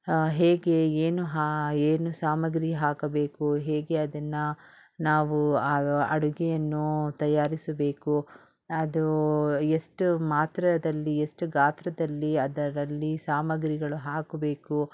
ಹೇಗೆ ಏನು ಹಾ ಏನು ಸಾಮಗ್ರಿ ಹಾಕಬೇಕು ಹೇಗೆ ಅದನ್ನು ನಾವು ಅದು ಅಡುಗೆಯನ್ನೂ ತಯಾರಿಸಬೇಕು ಅದೂ ಎಷ್ಟು ಮಾತ್ರೆಯಲ್ಲಿ ಎಷ್ಟು ಗಾತ್ರದಲ್ಲಿ ಅದರಲ್ಲಿ ಸಾಮಗ್ರಿಗಳು ಹಾಕಬೇಕು